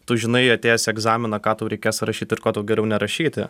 tu žinai atėjęs egzaminą ką tau reikės rašyti ir ko tu geriau nerašyti